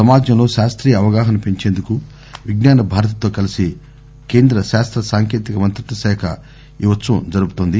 సమాజంలో శాస్రీయ అవగాహన పెంచేందుకు విజాన భారతితో కలీసి కేంద్ర కాస్రసాంకేతిక మంత్రిత్వ శాఖ ఈ ఉత్పవం జరుపుతోంది